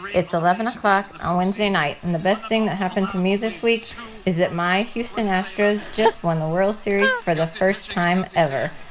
it's eleven o'clock on wednesday night, and the best thing that happened to me this week is that my houston astros just won the world series the first time ever.